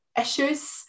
issues